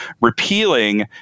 repealing